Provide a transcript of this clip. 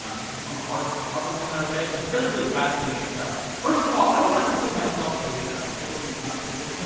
um this is from a harvard harvard one that i read, and it's really, really fascinating stuff. first of all, i would not consider myself a clothing connoisseur.